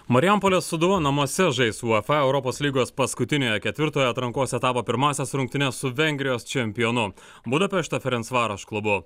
marijampolės sūduva namuose žais uefa europos lygos paskutiniojo ketvirtojo atrankos etapo pirmąsias rungtynes su vengrijos čempionu budapešto ferensvaraš klubu